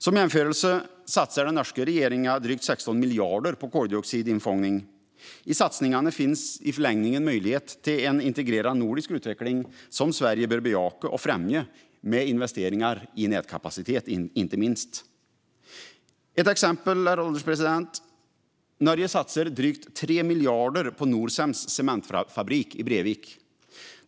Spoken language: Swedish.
Som jämförelse satsar den norska regeringen drygt 16 miljarder på koldioxidinfångning. I satsningarna finns i förlängningen möjlighet till en integrerad nordisk utveckling som Sverige bör bejaka och främja med investeringar i inte minst nätkapacitet. Ett exempel, herr ålderspresident, är att Norge satsar drygt 3 miljarder på Norcems cementfabrik i Brevik.